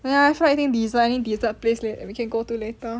ya I feel like eating dessert any dessert place we can go to later